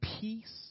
peace